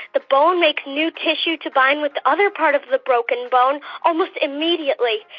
the bone makes new tissue to bind with the other part of the broken bone almost immediately.